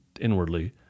inwardly